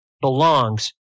belongs